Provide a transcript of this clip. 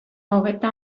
hogeita